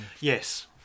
Yes